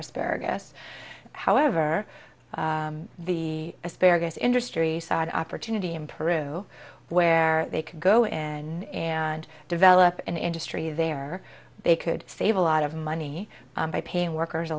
asparagus however the asparagus industry side opportunity in peru where they could go in and develop an industry there they could save a lot of money by paying workers a